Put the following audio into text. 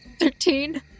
Thirteen